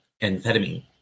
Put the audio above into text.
amphetamine